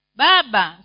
baba